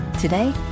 Today